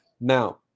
Now